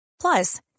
Plus